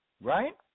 right